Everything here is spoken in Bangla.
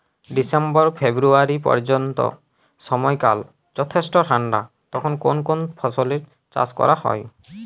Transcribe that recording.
ডিসেম্বর ফেব্রুয়ারি পর্যন্ত সময়কাল যথেষ্ট ঠান্ডা তখন কোন কোন ফসলের চাষ করা হয়?